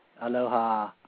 Aloha